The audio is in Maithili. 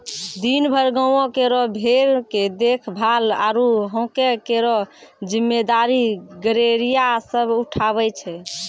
दिनभर गांवों केरो भेड़ के देखभाल आरु हांके केरो जिम्मेदारी गड़ेरिया सब उठावै छै